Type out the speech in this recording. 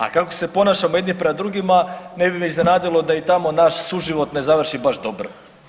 A kako se ponašamo jedni prema drugima ne bi me iznenadilo da i tamo naš suživot ne završi baš dobro.